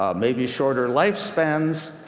um maybe shorter life spans.